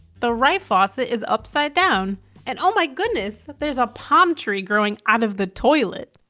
the right faucet is upside down and oh my goodness, there's a palm tree growing out of the toilet!